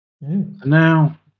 now